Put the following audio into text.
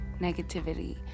negativity